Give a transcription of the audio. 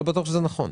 לא בטוח שזה נכון.